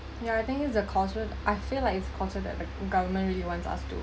ya I think is a coursework I feel like it's coursework that government really wants us to